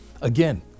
again